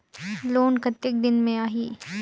Loan कतेक दिन मे आही?